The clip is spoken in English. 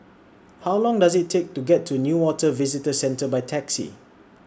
How Long Does IT Take to get to Newater Visitor Centre By Taxi